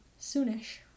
soonish